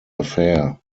affair